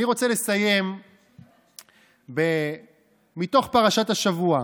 אני רוצה לסיים מתוך פרשת השבוע.